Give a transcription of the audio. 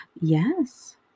yes